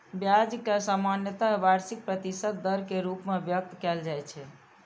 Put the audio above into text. ब्याज कें सामान्यतः वार्षिक प्रतिशत दर के रूप मे व्यक्त कैल जाइ छै